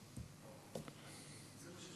ההצעה